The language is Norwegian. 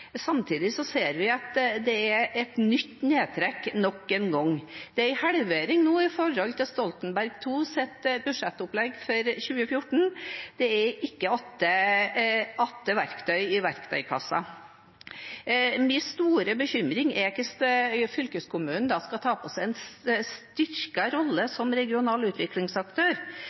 Samtidig ser vi at det er et nytt nedtrekk nok en gang. Det er en halvering sammenlignet med Stoltenberg IIs budsjettopplegg for 2014. Det er ikke verktøy igjen i verktøykassa. Min store bekymring er hvordan fylkeskommunen da skal ta på seg en styrket rolle som regional utviklingsaktør.